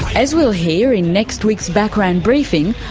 as we'll hear in next week's background briefing,